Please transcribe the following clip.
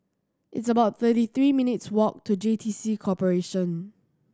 it's about thirty three minutes' walk to J T C Corporation